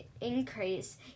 increase